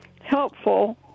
helpful